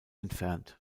entfernt